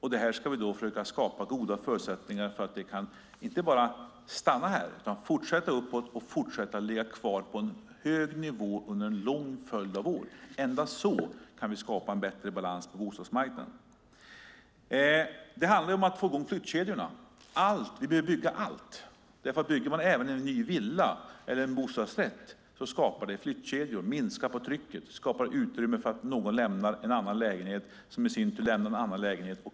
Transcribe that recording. Vi ska försöka skapa goda förutsättningar för att det inte bara stannar här utan fortsätter uppåt och ligger kvar på en hög nivå under en lång följd av år. Endast så kan vi skapa en bättre balans på bostadsmarknaden. Det handlar om att få i gång flyttkedjorna. Vi behöver bygga allt. Bygger man en ny villa eller en bostadsrätt skapar det flyttkedjor. Det minskar trycket och skapar utrymme för att någon lämnar en lägenhet, som i sin tur bebos av någon som lämnar en annan lägenhet.